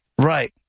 Right